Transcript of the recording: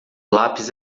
lápis